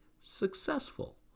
successful